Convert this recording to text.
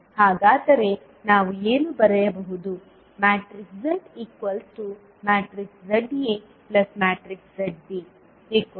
ಹಾಗಾದರೆ ನಾವು ಏನು ಬರೆಯಬಹುದು